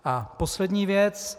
A poslední věc.